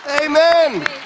Amen